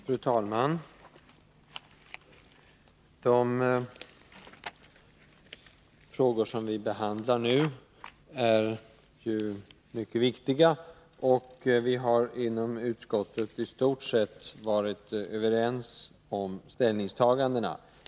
Fru talman! De frågor som vi behandlar nu är mycket viktiga. Vi har inom utskottet i stort sett varit överens.